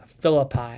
Philippi